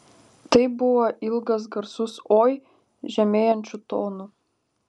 tai buvo ilgas garsus oi žemėjančiu tonu